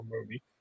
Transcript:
movie